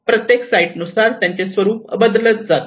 प्रत्येक साईट नुसार त्यांचे स्वरूप बदलत जाते